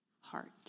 heart